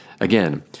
Again